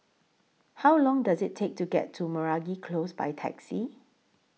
How Long Does IT Take to get to Meragi Close By Taxi